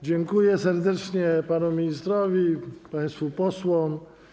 Dziękuję serdecznie panu ministrowi i państwu posłom.